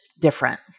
different